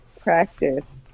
practiced